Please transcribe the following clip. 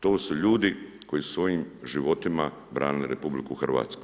To su ljudi koji su svojim životima branili RH.